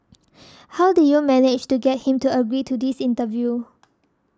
how did you manage to get him to agree to this interview